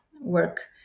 work